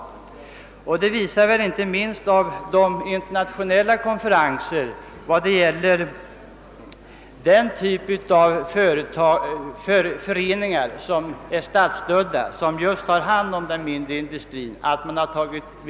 Det framgår inte minst av att dessa problem tagits upp vid tre tillfällen på internationella konferenser med den typ av föreningar som är statsstödda och som har hand om den mindre industrin.